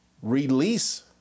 Release